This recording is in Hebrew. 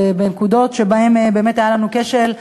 ובנקודות שבהן באמת היה לנו כשל,